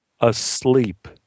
Asleep